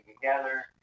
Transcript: together